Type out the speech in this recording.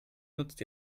nutzt